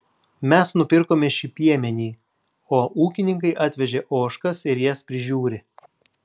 mes nupirkome šį piemenį o ūkininkai atvežė ožkas ir jas prižiūri